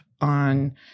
on